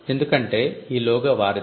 ఎందుకంటే ఈ లోగో వారిది